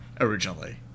originally